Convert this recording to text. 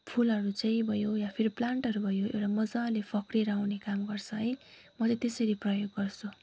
फुलहरू चाहिँ भयो या फेरि प्लान्टहरू भयो एउटा मजाले फक्रिएर आउने काम गर्छ है म त त्यसरी प्रयोग गर्छु